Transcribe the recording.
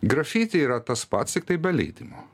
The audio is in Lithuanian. grafiti yra tas pats tiktai be leidimo